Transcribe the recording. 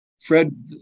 Fred